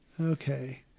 Okay